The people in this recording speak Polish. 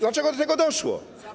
Dlaczego do tego doszło?